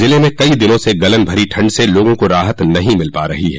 जिले में कई दिनों से गलन भरी ठण्ड से लोगों को राहत नहीं मिल पा रही है